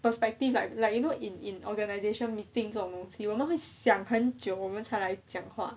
perspective like like you know in in organisational meetings or move 我们会想很久我们才来讲话